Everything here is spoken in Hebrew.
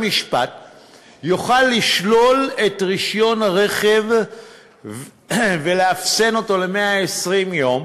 יוכל לשלול את רישיון הרכב ולאפסן אותו ל-120 יום,